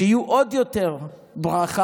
שיהיו עוד יותר ברכה